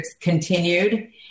continued